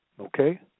Okay